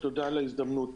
תודה על ההזדמנות.